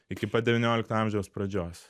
iki pat devyniolikto amžiaus pradžios